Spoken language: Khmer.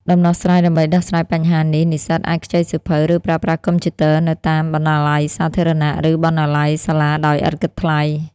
ដំណោះស្រាយដើម្បីដោះស្រាយបញ្ហានេះនិស្សិតអាចខ្ចីសៀវភៅ ឬប្រើប្រាស់កុំព្យូទ័រនៅតាម បណ្ណាល័យសាធារណៈ ឬបណ្ណាល័យសាលាដោយឥតគិតថ្លៃ។